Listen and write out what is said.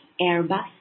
Airbus